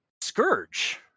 Scourge